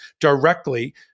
directly